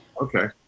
okay